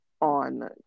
on